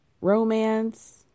romance